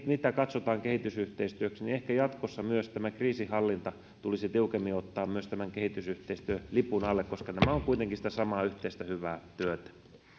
mitä katsotaan kehitysyhteistyöksi ehkä jatkossa myös tämä kriisinhallinta tulisi tiukemmin ottaa tämän kehitysyhteistyölipun alle koska nämä ovat kuitenkin sitä samaa yhteistä hyvää työtä